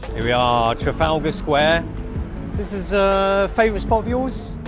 here we are trafalgar square this is a favorite spot yours.